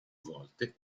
volte